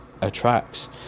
attracts